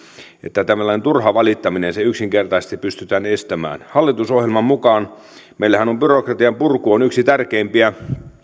että tällainen turha valittaminen yksinkertaisesti pystytään estämään hallitusohjelman mukaanhan meillä on byrokratianpurku yksi tärkeimpiä